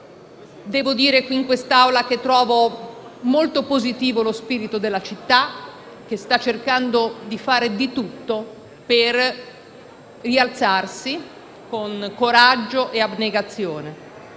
Devo dire in questa Assemblea che trovo molto positivo lo spirito della città, che sta cercando di fare di tutto per rialzarsi con coraggio e abnegazione.